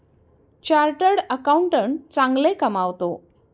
chartered accountant चांगले कमावतो